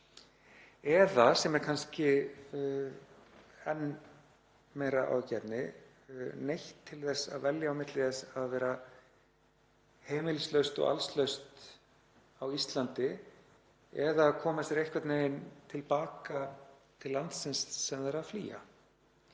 eða, sem er kannski enn meira áhyggjuefni, neytt til þess að velja á milli þess að vera heimilislaust og allslaust á Íslandi eða að koma sér einhvern veginn til baka til landsins sem þau eru að flýja.